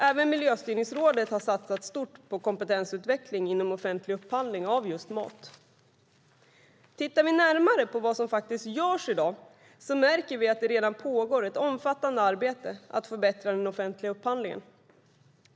Även Miljöstyrningsrådet har satsat stort på kompetensutveckling inom offentlig upphandling av just mat. Tittar vi närmare på vad som faktiskt görs i dag märker vi att det redan pågår ett omfattande arbete för att förbättra den offentliga upphandlingen.